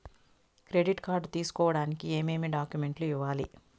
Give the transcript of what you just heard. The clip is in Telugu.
క్రెడిట్ కార్డు తీసుకోడానికి ఏమేమి డాక్యుమెంట్లు ఇవ్వాలి